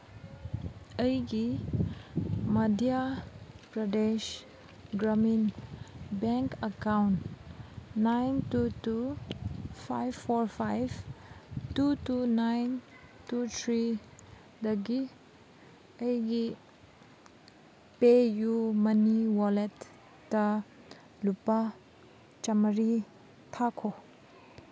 ꯑꯩꯒꯤ Madhya Pradesh Gramin bank account nine two two five four five two two nine two ꯊ꯭ꯔꯤꯗꯒꯤ ꯑꯩꯒꯤ PayU money ꯋꯂꯦꯠꯇ ꯂꯨꯄꯥ ꯆꯥꯝꯃꯔꯤ ꯊꯥꯈꯣ